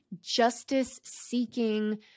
justice-seeking